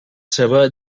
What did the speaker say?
saber